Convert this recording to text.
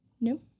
No